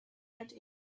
ready